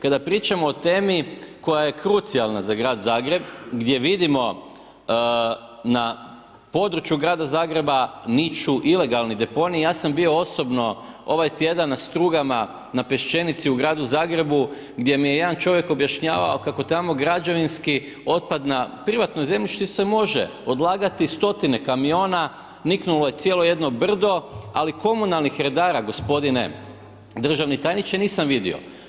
Kada pričamo o temi koja je krucijalna za grad Zagreb, gdje vidimo na području grada Zagreba niču ilegalni deponiji, ja sam bio osobno ovaj tjedan na Strugama na Peščenici u gradu Zagrebu gdje mi je jedan čovjek objašnjavao kako tamo građevinski otpad na privatnom zemljištu se može odlagati stotine kamiona, niknulo je cijelo jedno brdo, ali komunalnih redara, g. državni tajniče, nisam vidio.